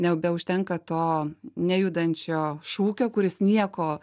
nebeužtenka to nejudančio šūkio kuris nieko